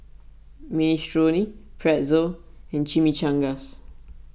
Minestrone Pretzel and Chimichangas